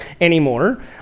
anymore